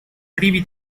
privi